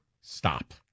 Stop